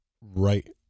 right